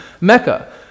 Mecca